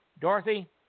Dorothy